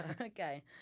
okay